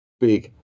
big